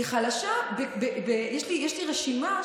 יש לי רשימה,